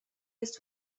jest